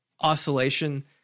oscillation